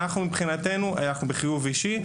מבחינתנו אנחנו בחיוב אישי.